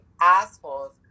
assholes